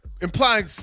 implying